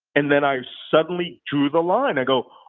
and then i suddenly drew the line. i go,